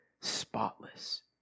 spotless